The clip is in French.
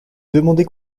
demander